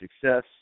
success